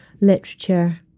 literature